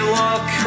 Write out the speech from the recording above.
look